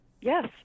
Yes